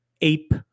ape